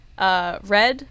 Red